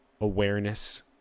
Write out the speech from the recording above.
awareness